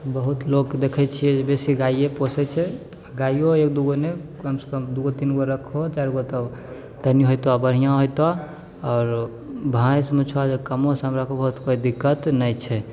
बहुत लोक देखैत छियै जे बेसी गाये पोसैत छै गायो एक दू गो नहि कमसँ कम दू गो तीन गो रखहो चारि गो तब तनी होएतो बढ़िआँ होएतो आओर भैंसमे छौ कमो सम रखबहो तऽ कोइ दिक्कत नहि छै